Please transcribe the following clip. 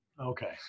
Okay